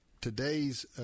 today's